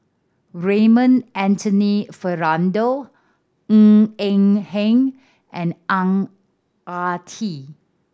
Raymond Anthony Fernando Ng Eng Hen and Ang Ah Tee